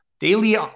Daily